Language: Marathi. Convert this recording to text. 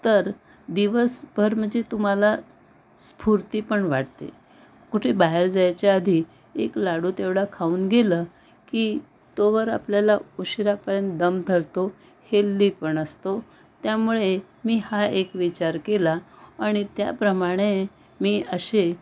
तर दिवसभर म्हणजे तुम्हाला स्फूर्ती पण वाटते कुठे बाहेर जायच्या आधी एक लाडू तेवढा खाऊन गेलं की तोवर आपल्याला उशिरापर्यंत दम धरतो हेल्दी पण असतो त्यामुळे मी हा एक विचार केला आणि त्याप्रमाणे मी असे